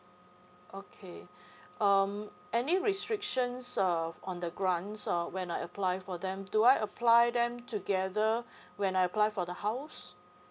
okay um any restrictions uh on the grants uh when I apply for them do I apply them together when I apply for the house